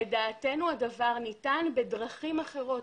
לדעתנו הדבר ניתן בדרכים אחרות.